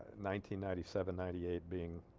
nineteen ninety-seven ninety-eight being